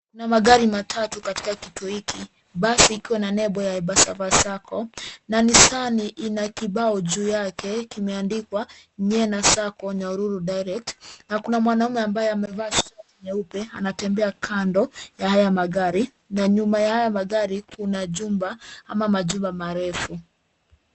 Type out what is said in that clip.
Kuna magari matatu katika kituo hiki basi ikiwa na nembo ya Embassava SACCO na Nissan ina kibao juu yake kimeandikwa Nyena SACCO Nyahururu direct na kuna mwanaume ambaye amevaa shati nyeupe anatembea kando ya haya magari. Na nyuma ya hayo magari kuna jumba ama majumba marefu.